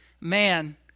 man